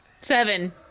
Seven